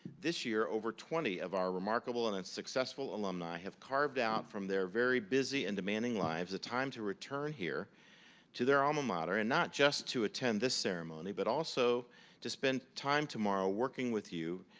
this year, over twenty of our remarkable and successful alumni have carved out from there very busy and demanding lives, a time to return here to their alma mater. and not just to attend the ceremony but also to spend time tomorrow working with you,